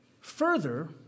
Further